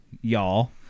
y'all